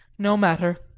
no matter!